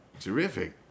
Terrific